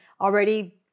already